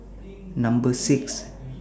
Number six